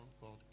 called